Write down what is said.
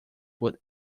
but